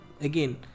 again